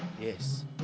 yes